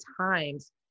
times